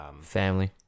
Family